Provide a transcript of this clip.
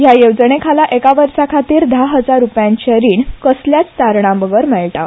हया येवजणेखाला एका वर्साखातीर धा हजार रुपयांचे रीण कसल्याच तारणाबगर मेळटा